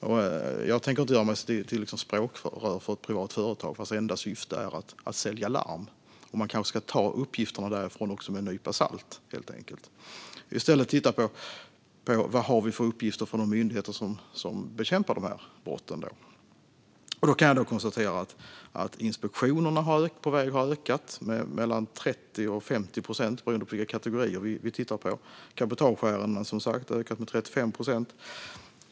Jag tänker alltså inte göra mig till språkrör för ett privat företag vars enda syfte är att sälja larm. Man kanske ska ta uppgifterna därifrån med en nypa salt och i stället titta på vad vi har för uppgifter från de myndigheter som bekämpar dessa brott. Då kan jag konstatera att inspektionerna på väg har ökat med mellan 30 och 50 procent beroende på vilka kategorier vi tittar på. Cabotageärendena har som sagt ökat med 35 procent.